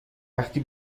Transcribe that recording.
وقتی